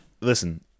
Listen